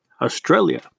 Australia